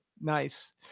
Nice